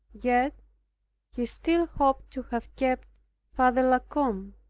yet he still hoped to have kept father la combe,